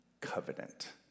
covenant